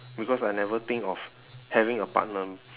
because I never think of having a partner